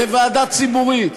לוועדה ציבורית,